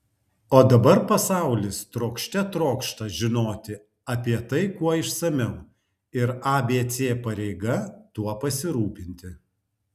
o dabar pasaulis trokšte trokšta žinoti apie tai kuo išsamiau ir abc pareiga tuo pasirūpinti